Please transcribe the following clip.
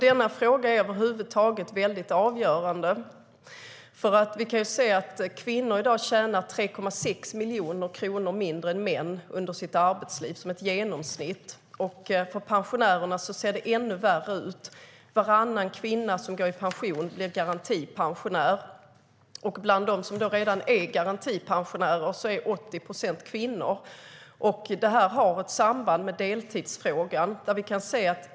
Denna fråga är över huvud taget avgörande. Vi kan se att kvinnor i dag tjänar i genomsnitt 3,6 miljoner kronor mindre än män under arbetslivet. För pensionärerna ser det ännu värre ut: Varannan kvinna som går i pension blir garantipensionär, och bland dem som redan är garantipensionärer är 80 procent kvinnor. Det här har ett samband med deltidsfrågan.